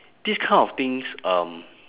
this kind of things um